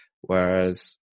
Whereas